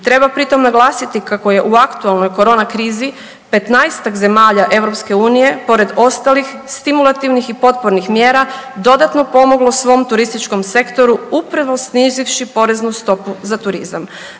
Treba pri tom naglasiti kako je u aktualnoj korona krizi 15-tak zemalja EU pored ostalih stimulativnih i potpornih mjera dodatno pomoglo svom turističkom sektoru upravo snizivši poreznu stopu za turizam